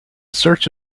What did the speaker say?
search